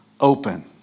open